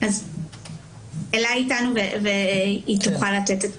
אז אלה איתנו, והיא תוכל לתת את הפרטים.